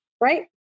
right